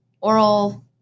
oral